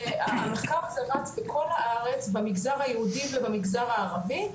שהמחקר שרץ בכל הארץ במגזר היהודי ובמגזר הערבי,